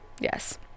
Yes